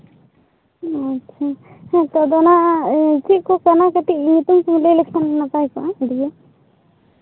ᱟᱪᱪᱷᱟ ᱦᱮᱸ ᱚᱱᱟ ᱪᱮᱫ ᱠᱚ ᱠᱟᱱᱟ ᱠᱟᱹᱴᱤᱡ ᱧᱩᱛᱩᱢ ᱞᱟᱹᱭ ᱞᱮᱠᱷᱟᱱ ᱱᱟᱯᱟᱭ ᱠᱚᱜᱼ ᱫᱤᱭᱮ